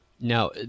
Now